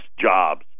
jobs